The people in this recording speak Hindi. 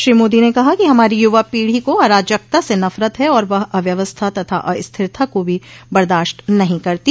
श्री मोदी ने कहा कि हमारी युवा पीढ़ी को अराजकता से नफरत है और वह अव्यवस्था तथा अस्थिरता को भी बर्दाश्त नहीं करती